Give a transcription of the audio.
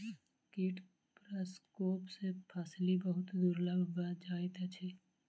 कीट प्रकोप सॅ फसिल बहुत दुर्बल भ जाइत अछि